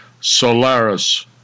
Solaris